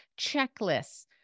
checklists